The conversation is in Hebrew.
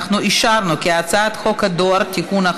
להפוך את הצעת חוק הדואר (תיקון,